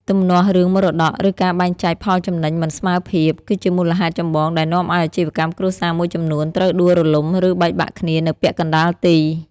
ទំនាស់រឿងមរតក ឬការបែងចែកផលចំណេញមិនស្មើភាព គឺជាមូលហេតុចម្បងដែលនាំឱ្យអាជីវកម្មគ្រួសារមួយចំនួនត្រូវដួលរលំ ឬបែកបាក់គ្នានៅពាក់កណ្ដាលទី។